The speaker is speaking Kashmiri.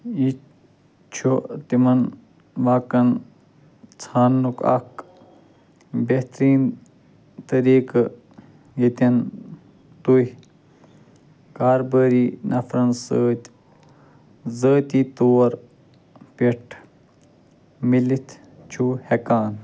یہِ چھُ تِمَن واقعن ژھانُک اکھ بہترین طریقہٕ ییٚتٮ۪ن تُہۍ کاربٲری نفرن سۭتۍ ذٲتی طور پٮ۪ٹھ مِلتھ چھِو ہیکان